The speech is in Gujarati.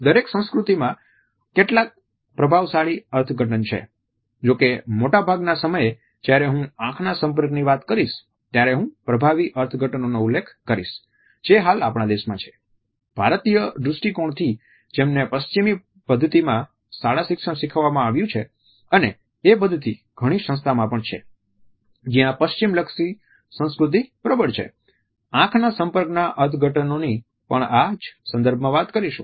દરેક સંસ્કૃતિમાં કેટલાક પ્રભાવશાળી અર્થઘટન છે જોકે મોટા ભાગના સમયે જ્યારે હું આંખના સંપર્કની વાત કરીશ ત્યારે હું પ્રભાવી અર્થઘટનોનો ઉલ્લેખ કરીશ જે હાલ આપણા દેશમાં છે ભારતીય દ્રષ્ટિકોણથી જેમને પશ્ચિમી પદ્ધિતિમાં શાળા શિક્ષણ શીખવવામાં આવ્યું છે અને એ પદ્ધતિ ઘણી સંસ્થામાં પણ છે જ્યાં પશ્ચિમલક્ષી સંસ્કૃતિ પ્રબળ છે આંખના સંપર્ક ના અર્થઘટનોની પણ આ જ સંદર્ભમાં વાત કરીશું